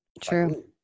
True